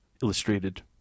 Illustrated